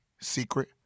secret